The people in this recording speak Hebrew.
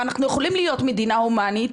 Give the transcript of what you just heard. ואנחנו יכולים להיות מדינה הומנית,